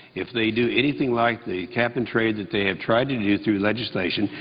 if they do anything like the cap-and-trade that they have tried to do through legislation,